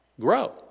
grow